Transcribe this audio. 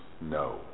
no